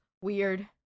weird